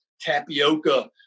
tapioca